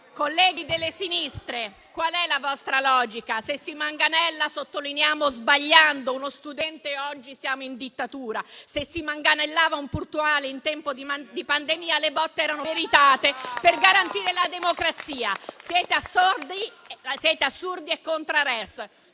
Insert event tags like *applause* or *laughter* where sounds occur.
Colleghi delle sinistre, qual è la vostra logica? Se si manganella - sottolineiamo: sbagliando - uno studente oggi, siamo in dittatura ma se si manganellava un portuale in tempo di pandemia, le botte erano meritate per garantire la democrazia? *applause* Siete assurdi e *contra